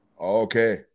Okay